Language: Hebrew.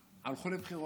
והלכו לבחירות.